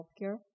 healthcare